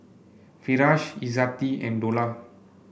Firash Izzati and Dollah